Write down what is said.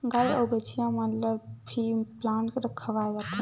गाय अउ बछिया मन ल फीप्लांट खवाए जाथे